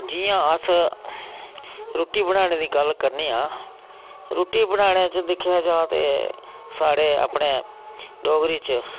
जियां अस रुट्टी बनाने दी गल्ल करने आं रुट्टी बनाने च दिक्खेआ जा ते साढ़े अपने डोगरी च